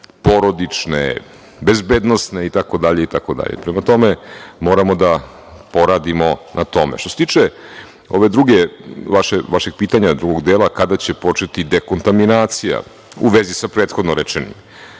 porodične, bezbednosne, itd, itd. Prema tome, moramo da poradimo na tome. Što se tiče ove drugog vašeg pitanja, drugog dela, kada će početi dekontaminacija u vezi sa prethodno rečenim?